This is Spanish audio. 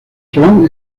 son